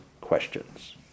questions